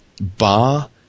Ba